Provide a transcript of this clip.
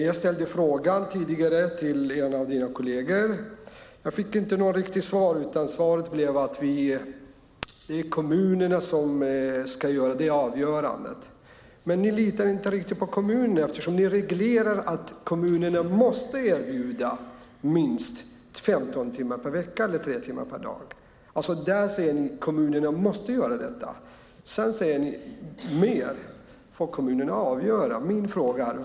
Jag ställde frågan tidigare till en av dina kolleger. Jag fick inte något riktigt svar, utan svaret blev att det är kommunerna som ska avgöra det. Men ni litar inte riktigt på kommunerna eftersom ni reglerar att kommunerna måste erbjuda minst 15 timmar per vecka eller 3 timmar per dag. Där säger ni att kommunerna måste göra detta. Sedan säger ni att om det är fråga om mer får kommunen avgöra det.